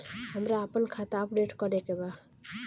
हमरा आपन खाता अपडेट करे के बा